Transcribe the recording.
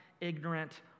ignorant